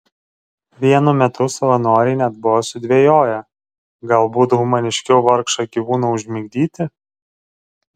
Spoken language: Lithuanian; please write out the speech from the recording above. vienu metu savanoriai net buvo sudvejoję galbūt humaniškiau vargšą gyvūną užmigdyti